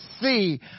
see